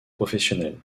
professionnel